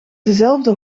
dezelfde